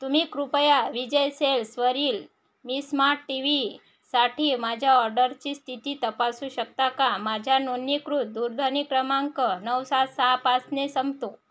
तुम्ही कृपया विजय सेल्सवरील मी स्मार्ट टी व्हीसाठी माझ्या ऑर्डरची स्थिती तपासू शकता का माझ्या नोंदणीकृत दूरध्वनी क्रमांक नऊ सात सहा पाचने संपतो